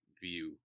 view